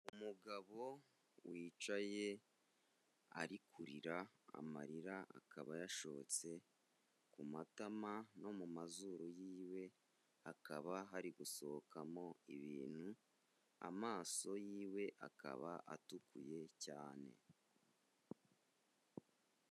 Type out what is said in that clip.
Umugabo wicaye ari kurira amarira akaba yashotse ku matama, no mu mazuru yiwe hakaba hari gusohokamo ibintu, amaso yiwe akaba atukuye cyane.